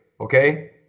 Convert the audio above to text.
Okay